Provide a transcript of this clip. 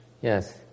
Yes